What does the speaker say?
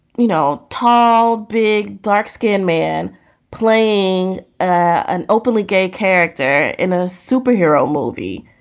you know, tall, big, dark skinned man playing an openly gay character in a superhero movie.